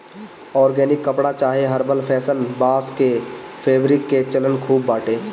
organic कपड़ा चाहे herbal fashion, बांस के फैब्रिक के चलन खूब बाटे